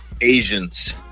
Asians